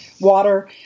Water